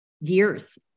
years